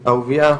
אהוביה,